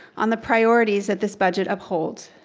on the priorities that this budget upholds.